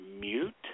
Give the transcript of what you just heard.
mute